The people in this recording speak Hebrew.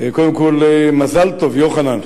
קודם כול, מזל טוב, יוחנן.